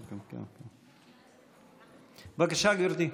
בבקשה, גברתי.